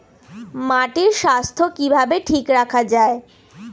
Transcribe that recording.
মাটির স্বাস্থ্য কিভাবে ঠিক রাখা যায়?